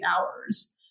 hours